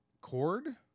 Cord